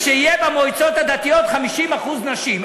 ושיהיו במועצות הדתיות 50% נשים?